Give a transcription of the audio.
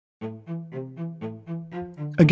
Again